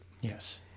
Yes